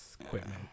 equipment